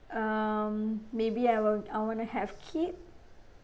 um maybe I want I want to have kid